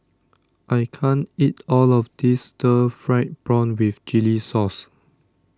I can't eat all of this Stir Fried Prawn with Chili Sauce